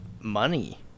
money